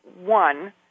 one